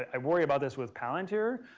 and worry about this with palantir.